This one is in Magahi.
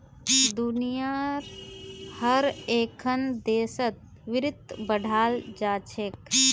दुनियार हर एकखन देशत वित्त पढ़ाल जा छेक